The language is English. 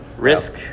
Risk